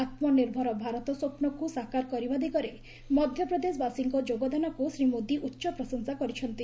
ଆତ୍କନିର୍ଭର ଭାରତ ସ୍ୱପ୍ନକୁ ସାକାର କରିବା ଦିଗରେ ମଧ୍ୟପ୍ରଦେଶବାସୀଙ୍କ ଯୋଗଦାନକୁ ଶ୍ରୀ ମୋଦି ଉଚ୍ଚ ପ୍ରଶଂସା କରିଛନ୍ତି